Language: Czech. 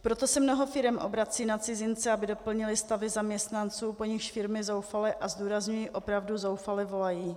Proto se mnoho firem obrací na cizince, aby doplnili stavy zaměstnanců, po nichž firmy zoufale, a zdůrazňuji, opravdu zoufale volají.